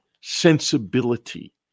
sensibility